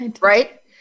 right